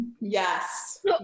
Yes